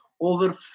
over